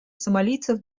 сомалийцев